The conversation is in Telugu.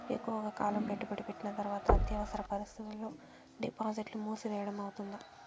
ఎక్కువగా కాలం పెట్టుబడి పెట్టిన తర్వాత అత్యవసర పరిస్థితుల్లో డిపాజిట్లు మూసివేయడం అవుతుందా?